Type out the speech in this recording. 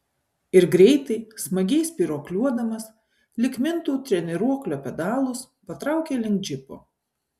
ir greitai smagiai spyruokliuodamas lyg mintų treniruoklio pedalus patraukė link džipo